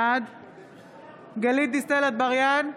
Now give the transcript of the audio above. בעד גלית דיסטל אטבריאן,